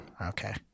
Okay